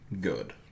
good